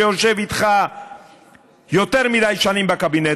שיושב איתך יותר מדי שנים בקבינט,